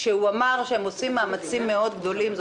שהם עושים מאמצים גדולים מאוד,